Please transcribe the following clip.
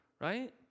right